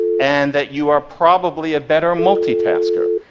and that you are probably a better multitasker.